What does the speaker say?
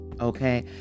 Okay